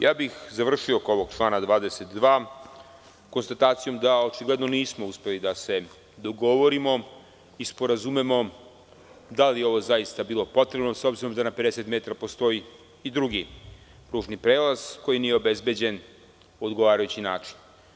Ja bih završio oko ovog člana 22. konstatacijom da očigledno nismo uspeli da se dogovorimo i sporazumemo da li je ovo zaista bilo potrebno s obzirom da na 50 metra postoji i drugi kružni prelaz koji nije obezbeđen na odgovarajući način.